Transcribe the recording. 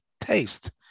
taste